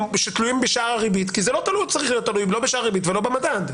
שתלויים בשאר הריבית כי זה לא צריך להיות תלוי לא בשער ריבית ולא במדד.